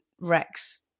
Rex